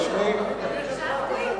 התש"ע 2010,